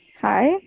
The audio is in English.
hi